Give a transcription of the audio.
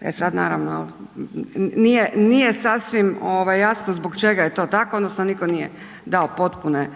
E sad naravno nije sasvim jasno zbog čega je to tako, odnosno nitko nije dao potpune